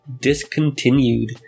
discontinued